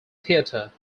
theater